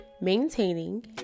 maintaining